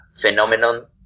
phenomenon